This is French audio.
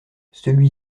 celui